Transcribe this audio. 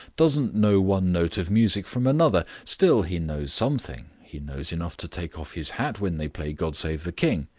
doesn't know one note of music from another. still, he knows something. he knows enough to take off his hat when they play god save the king.